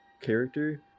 character